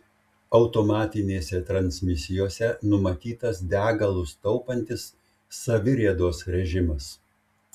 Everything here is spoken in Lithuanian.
automatinėse transmisijose numatytas degalus taupantis saviriedos režimas